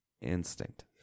instinct